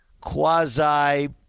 quasi